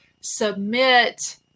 submit